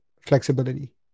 flexibility